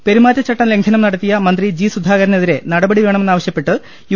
പെരുമാറ്റചട്ട ലംഘനം നടത്തിയ മന്ത്രി ജി സുധാകരനെതിരെ നടപടി വേണമെന്നാവശ്യപ്പെട്ട് യു